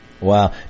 Wow